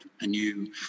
anew